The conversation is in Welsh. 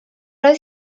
oedd